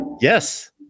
Yes